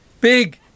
Big